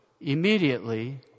immediately